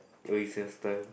oh recess time